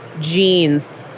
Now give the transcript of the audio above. Jeans